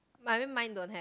my mean mine don't have